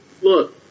Look